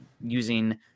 using